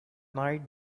night